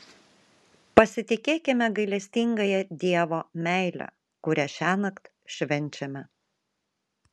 pasitikėkime gailestingąja dievo meile kurią šiąnakt švenčiame